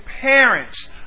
parents